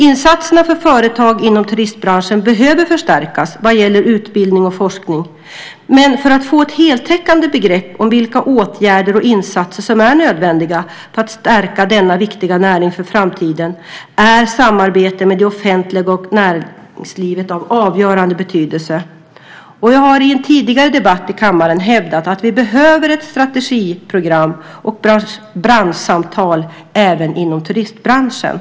Insatserna för företag inom turistbranschen behöver förstärkas vad gäller utbildning och forskning, men för att få ett heltäckande begrepp om vilka åtgärder och insatser som är nödvändiga för att stärka denna viktiga näring för framtiden är samarbete mellan det offentliga och näringslivet av avgörande betydelse. Jag har i en tidigare debatt i kammaren hävdat att vi behöver ett strategiprogram och branschsamtal även inom turistbranschen.